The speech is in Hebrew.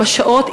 עם השעות,